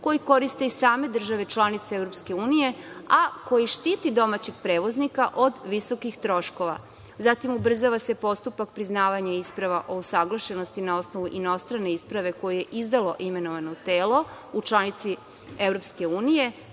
koji koriste i same države članice EU, a koji štiti domaćeg prevoznika od visokih troškova, zatim ubrzava se postupak priznavanja isprava o usaglašenosti na osnovu inostrane isprave koje je izdalo imenovano telo u članici EU.